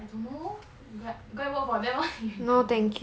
I don't know go~ go and work for them lor